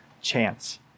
chance